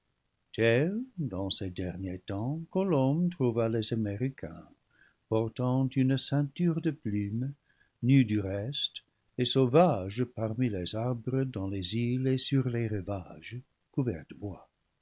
dans ces derniers temps colomb trouva les américains portant une ceinture de plumes nus du reste et sauvages parmi les arbres dans les îles et sur les rivages couverts de bois